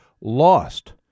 lost